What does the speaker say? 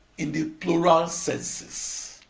in the plural senses.